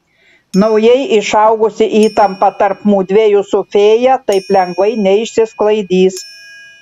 naujai išaugusi įtampa tarp mudviejų su fėja taip lengvai neišsisklaidys